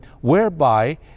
whereby